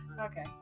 Okay